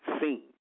seen